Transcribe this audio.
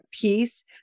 peace